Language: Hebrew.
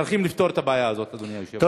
צריכים לפתור את הבעיה הזאת, אדוני היושב-ראש.